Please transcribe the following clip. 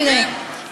תראה,